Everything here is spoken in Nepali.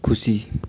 खुसी